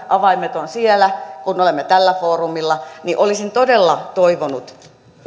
avaimet ovat siellä kun me olemme tällä foorumilla olisin todella toivonut